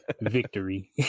victory